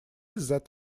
that